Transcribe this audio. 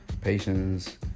patience